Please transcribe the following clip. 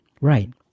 Right